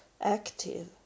active